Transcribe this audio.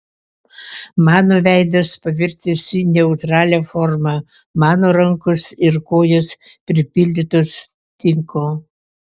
mano veidas pavirtęs į neutralią formą mano rankos ir kojos pripildytos tinko